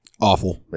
awful